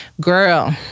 Girl